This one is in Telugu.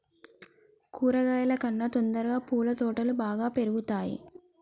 కూరగాయల కన్నా తొందరగా పూల తోటలు బాగా పెరుగుతయా?